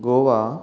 Goa